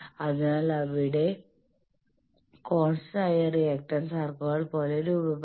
അതിനാൽ അവിടെ കോൺസ്റ്റന്റായ റിയാക്റ്റൻസ് ആർക്കുകൾ പോലെ രൂപപ്പെടും